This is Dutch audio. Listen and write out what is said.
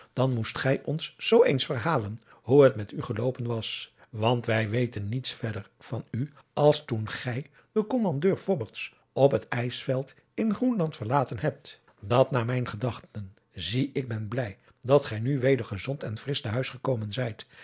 dan moest gij ons zoo eens verhalen hoe het met adriaan loosjes pzn het leven van johannes wouter blommesteyn u geloopen was want wij weten niets verder van u als toen gij den kommandeur fobberts op het ijsveld in groenland verlaten hebt dat naar mijn gedachten zie ik ben blij dat gij nu weêr gezond en frisch te huis gekomen zijt